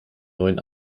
neuen